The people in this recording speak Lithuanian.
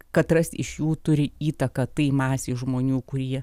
katras iš jų turi įtaką tai masei žmonių kurie